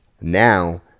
now